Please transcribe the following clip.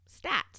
stats